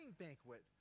banquet